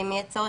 ואם יהיה צורך,